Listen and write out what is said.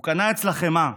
הוא קנה אצלה חמאה,